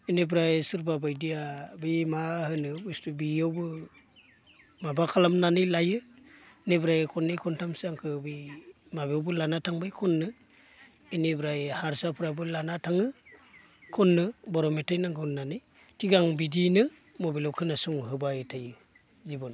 इनिफ्राय सोरबा बायदिया बै मा होनो बेयावबो माबा खालामनानै लायो इनिफ्राय खननै खनथामसो आंखो बे माबायावबो लाना थांबाय खननो इनिफ्राय हारसाफोराबो लाना थाङो खननो बर' मेथाइ नांगौ होननानै थिग आं बिदियैनो मबाइलाव खोनासंहोबाय थायो